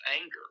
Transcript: anger